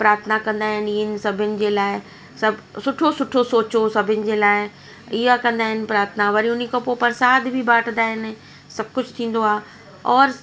प्रार्थना कंदा आहिनि हिननि सभिनि जे लाइ सभु सुठो सुठो सोचो सभिनि जे लाइ इहा कंदा आहिनि प्रार्थना वरी उन खां पोइ परसाद बि बाटदा आहिनि सभु कुझु थींदो आहे औरि